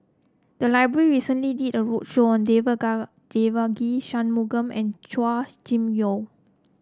the library recently did a roadshow Devaga Devagi Sanmugam and Chua Kim Yeow